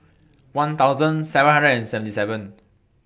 one thousand seven hundred and seventy seven